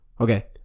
Okay